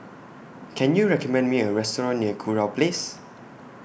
Can YOU recommend Me A Restaurant near Kurau Place